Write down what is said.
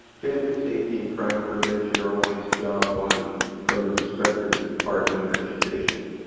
campus safety and crime prevention are always job one from the perspective of the department of education.